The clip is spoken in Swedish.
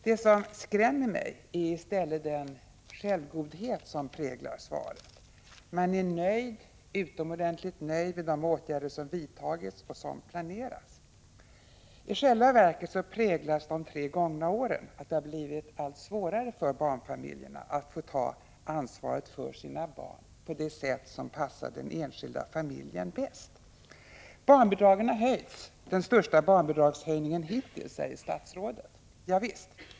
Det som skrämmer mig är den självgodhet som i stället präglar svaret. Regeringen är nöjd, utomordentligt nöjd, med de åtgärder som vidtagits och som planeras. I själva verket kännetecknas de tre gångna åren av att det blivit allt svårare för barnfamiljerna att få ta ansvaret för sina barn på det sätt som passar den enskilda familjen bäst. Barnbidragen har höjts. Det är den största barnbidragshöjningen hittills, säger statsrådet. Ja visst.